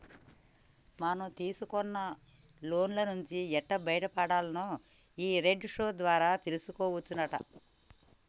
మనం తీసుకున్న లోన్ల నుంచి ఎట్టి బయటపడాల్నో ఈ డెట్ షో ద్వారా తెలుసుకోవచ్చునట